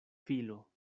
filo